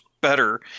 better